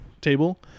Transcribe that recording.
table